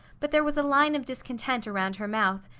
but there was a line of discontent around her mouth,